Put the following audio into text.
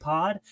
Pod